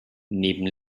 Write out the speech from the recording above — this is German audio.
neben